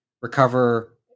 recover